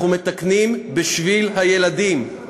אנחנו מתקנים בשביל הילדים.